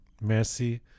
Merci